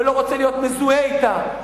ולא רוצה להיות מזוהה אתה,